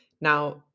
now